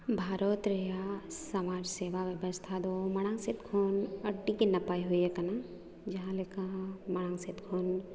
ᱵᱷᱟᱨᱚᱛ ᱨᱮᱭᱟᱜ ᱥᱟᱶᱟᱨ ᱥᱮᱵᱟ ᱵᱮᱵᱚᱥᱛᱷᱟ ᱫᱚ ᱢᱟᱲᱟᱝ ᱥᱮᱫ ᱠᱷᱚᱱ ᱟᱹᱰᱤᱜᱮ ᱱᱟᱯᱟᱭ ᱦᱩᱭ ᱟᱠᱟᱱᱟ ᱡᱟᱦᱟᱸᱞᱮᱠᱟ ᱢᱟᱲᱟᱝ ᱥᱮᱫ ᱠᱷᱚᱱ